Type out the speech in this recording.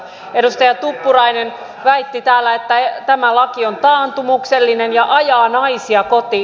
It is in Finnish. edustaja tuppurainen väitti täällä että tämä laki on taantumuksellinen ja ajaa naisia kotiin